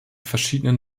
verschiedenen